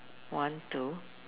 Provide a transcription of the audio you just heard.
one two